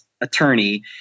attorney